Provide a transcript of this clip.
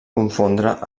confondre